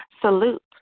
Salute